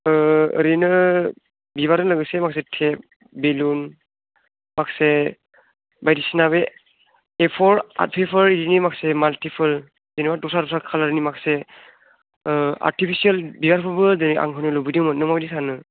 ओ ओरैनो बिबारजों लोगोसे माखासे टेब बिलुन माखासे बायदिसिना बे एफर आर्ट पेपार बिदिनि माखासे माल्टिपोल जेनेबा दस्रा दस्रा कालारनि माखासे ओ आर्टिफिसियेल बिबारखौबो दिनै आं होनो लुबैदोंमोन नों माबायदि सानो